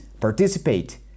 participate